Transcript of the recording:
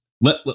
let